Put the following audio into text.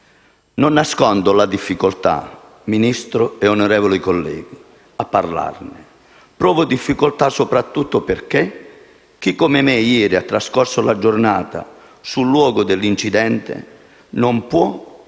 Non nascondo la difficoltà, signor Ministro, onorevoli colleghi, a parlarne. Provo difficoltà soprattutto perché chi, come me, ieri ha trascorso la giornata sul luogo dell'incidente, non può